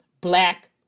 black